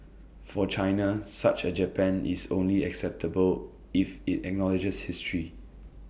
for China such A Japan is only acceptable if IT acknowledges history